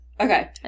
Okay